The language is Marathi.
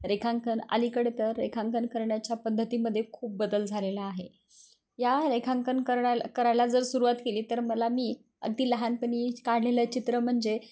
रेखांकन अलीकडे तर रेखांकन करण्याच्या पद्धतीमध्ये खूप बदल झालेला आहे या रेखांकन करणे करायला जर सुरुवात केली तर मला मी अगदी लहानपणी काढलेलं चित्र म्हणजे